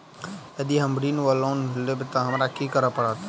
यदि हम ऋण वा लोन लेबै तऽ हमरा की करऽ पड़त?